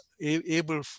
able